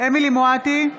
אמילי חיה מואטי,